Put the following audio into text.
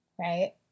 right